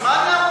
אז מה,